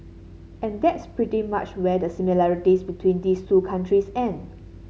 and that's pretty much where the similarities between these two countries end